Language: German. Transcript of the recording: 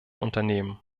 unternehmen